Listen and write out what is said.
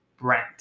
Brent